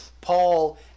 Paul